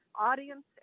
audience